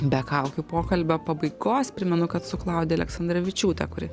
be kaukių pokalbio pabaigos primenu kad su klaudija aleksandravičiūte kuri